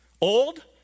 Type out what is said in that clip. Old